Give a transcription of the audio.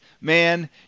man